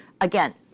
Again